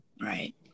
Right